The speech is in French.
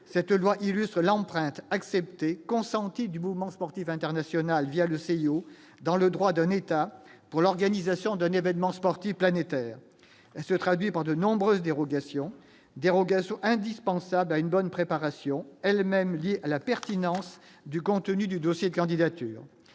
cette loi illustre l'empreinte accepter consenti du mouvement sportif international via le CIO dans le droit d'un État pour l'organisation d'un événement sportif planétaire se traduit par de nombreuses dérogations dérogations indispensables à une bonne préparation, elle-même liée à la pertinence du contenu du dossier de candidature